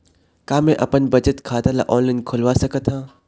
का मैं अपन बचत खाता ला ऑनलाइन खोलवा सकत ह?